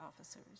officers